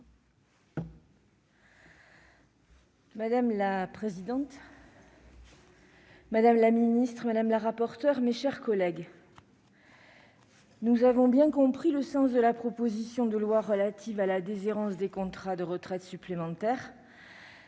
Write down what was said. Madame la présidente, madame la secrétaire d'État, mes chers collègues, nous avons bien compris le sens de la proposition de loi relative à la déshérence des contrats d'épargne retraite supplémentaire.